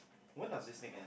when does this thing end